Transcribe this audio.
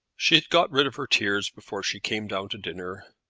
she had got rid of her tears before she came down to dinner,